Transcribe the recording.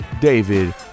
David